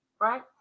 right